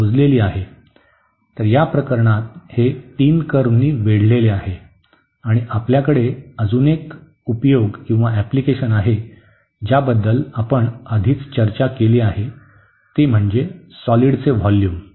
तर या प्रकरणात हे तीन कर्व्हनी वेढलेले आहे आणि आपल्याकडे अजून एक उपयोग आहे ज्याबद्दल आपण आधीच चर्चा केली आहे ती म्हणजे सॉलिडचे व्होल्युम